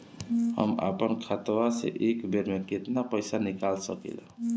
हम आपन खतवा से एक बेर मे केतना पईसा निकाल सकिला?